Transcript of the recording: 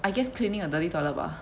I guess cleaning a toilet 吧